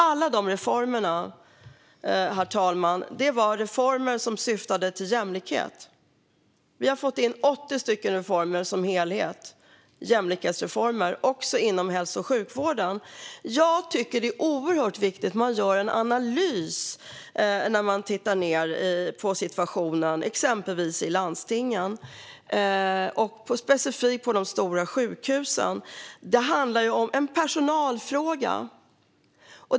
Alla de reformerna, herr talman, syftade till jämlikhet. Vi har som helhet fått igenom 80 jämlikhetsreformer, också inom hälso och sjukvården. Jag tycker att det är oerhört viktigt att man gör en analys när man tittar på situationen i exempelvis landstingen, specifikt på de stora sjukhusen. Det handlar om en personalfråga.